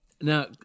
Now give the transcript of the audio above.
Now